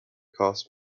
costs